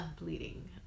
bleeding